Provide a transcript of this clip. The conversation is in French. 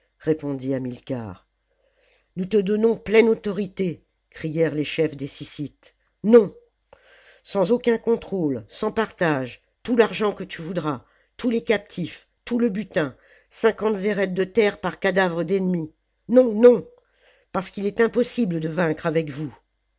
répondit hamilcar nous te donnons pleine autorité crièrent les chefs des syssites non sans aucun contrôle sans partage tout l'argent que tu voudras tous les captifs tout le butin cinquante zéreths de terre par cadavre d'ennemi non non parce qu'il est impossible de vaincre avec vous